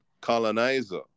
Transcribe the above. colonizer